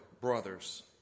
brothers